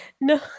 No